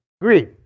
agreed